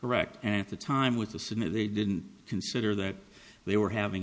correct at the time with the sin they didn't consider that they were having